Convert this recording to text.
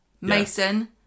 Mason